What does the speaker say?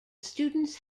students